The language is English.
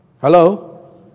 Hello